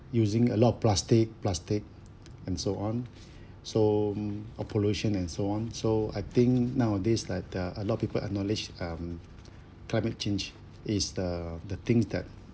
using a lot of plastic plastic and so on so or pollution and so on so I think nowadays like there are a lot of people acknowledged um climate change is the the things that